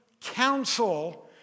council